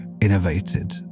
Innovated